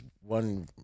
one